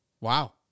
Wow